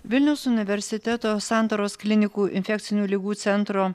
vilniaus universiteto santaros klinikų infekcinių ligų centro